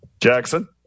Jackson